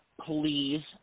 Please